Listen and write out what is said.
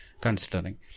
considering